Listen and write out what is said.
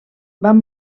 van